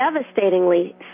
devastatingly